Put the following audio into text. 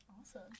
Awesome